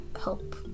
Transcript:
help